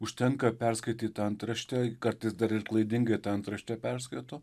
užtenka perskaityt antraštę kartais dar ir klaidingai tą antraštę perskaito